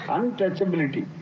Untouchability